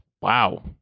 Wow